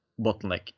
bottleneck